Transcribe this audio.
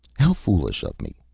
how foolish of me!